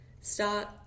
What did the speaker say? start